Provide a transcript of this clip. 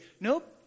Nope